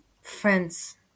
friends